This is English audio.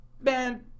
man